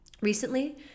recently